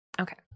Okay